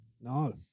No